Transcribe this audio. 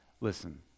listen